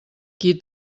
qui